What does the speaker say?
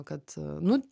kad nu